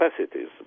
capacities